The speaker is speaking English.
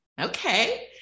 Okay